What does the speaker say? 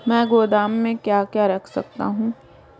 मैं गोदाम में क्या क्या रख सकता हूँ?